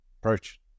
approach